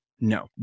No